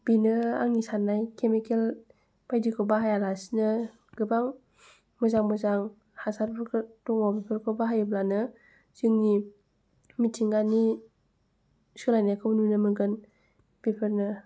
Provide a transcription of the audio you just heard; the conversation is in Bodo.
बिनो आंनि साननाय केमिकेल बायदिखौ बाहायालासिनो गोबां मोजां मोजां हासारफोर दङ' बेफोरखौ बाहायब्लानो जोंनि मिथिंगानि सोलायनायखौ नुनो मोनगोन बेफोरनो